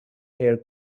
hair